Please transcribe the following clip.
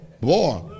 boy